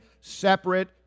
separate